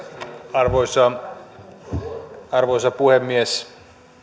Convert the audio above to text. arvoisa arvoisa puhemies